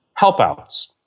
Helpouts